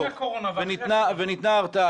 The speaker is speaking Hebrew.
וניתנה התראה,